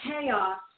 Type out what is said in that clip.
chaos